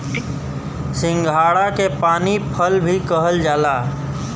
सिंघाड़ा के पानी फल भी कहल जाला